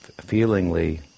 feelingly